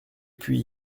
puis